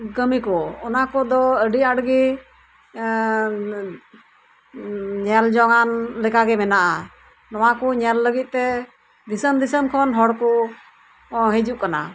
ᱠᱟᱢᱤ ᱠᱚ ᱚᱱᱟ ᱠᱚᱫᱚ ᱟᱰᱤ ᱟᱸᱴ ᱜᱮ ᱧᱮᱞ ᱡᱚᱝᱟᱱ ᱞᱮᱠᱟ ᱜᱮ ᱢᱮᱱᱟᱜᱼᱟ ᱱᱚᱣᱟ ᱠᱚ ᱧᱮᱞ ᱞᱟᱜᱤᱜ ᱛᱮ ᱫᱤᱥᱚᱢ ᱫᱤᱥᱚᱢ ᱠᱷᱚᱱ ᱦᱚᱲ ᱠᱚ ᱦᱤᱡᱩᱜ ᱠᱟᱱᱟ